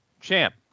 champ